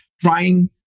trying